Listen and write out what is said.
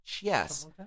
yes